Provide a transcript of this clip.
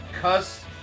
cuss